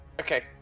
Okay